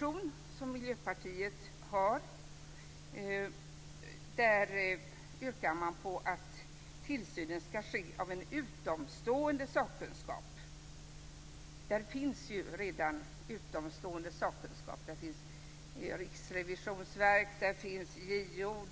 I Miljöpartiets reservation yrkas att tillsynen skall ske av en utomstående sakkunskap. Men det finns ju redan utomstående sakkunskap, nämligen Riksrevisionsverket, JO,